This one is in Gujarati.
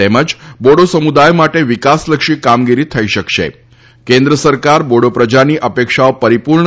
તેમજ બોડો સમુદાય માટે વિકાસલક્ષી કામગીરી થઇ શકશેકેન્દ્ર સરકાર બોડો પ્રજાની અપેક્ષાઓ પરિપૂર્ણ